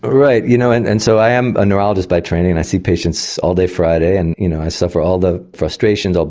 right, you know and and so i am a neurologist by training, and i see patients all day friday and you know i suffer all the frustrations,